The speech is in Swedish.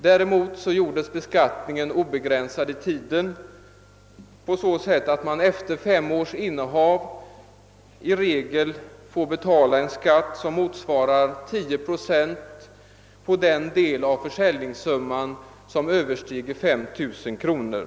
Däremot utsträcktes beskattningen obegränsat i tiden på så sätt att man efter fem års innehav i regel får betala en skatt som motsvarar 10 procent på den del av försäljningssumman som överstiger 5 000 kronor.